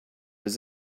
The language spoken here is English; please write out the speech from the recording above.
was